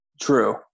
True